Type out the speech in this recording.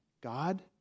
God